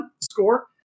score